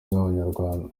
bw’abanyarwanda